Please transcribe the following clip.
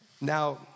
now